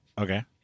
Okay